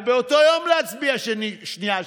ובאותו יום להצביע שנייה ושלישית,